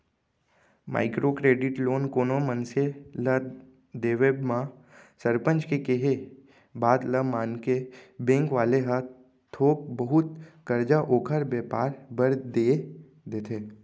micro credit loan कोनो मनसे ल देवब म सरपंच के केहे बात ल मानके बेंक वाले ह थोक बहुत करजा ओखर बेपार बर देय देथे